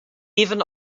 even